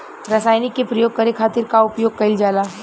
रसायनिक के प्रयोग करे खातिर का उपयोग कईल जाला?